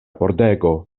pordego